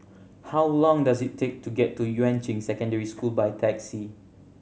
how long does it take to get to Yuan Ching Secondary School by taxi